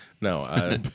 No